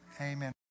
Amen